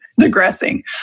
digressing